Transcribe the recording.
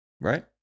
right